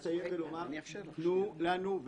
בסוף אנחנו לא נסיים היום, זה מה שכולם רוצים.